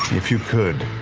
if you could,